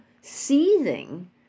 seething